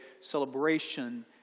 celebration